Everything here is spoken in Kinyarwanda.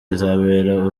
izabera